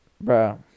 Bro